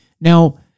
Now